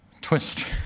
twist